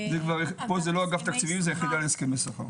פה זה לא אגף תקציבים זה היחידה להסכמי שכר.